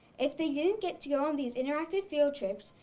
if they didn't get to go on these interactive field trips,